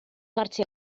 farsi